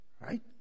Right